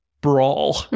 brawl